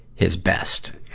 his best.